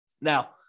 Now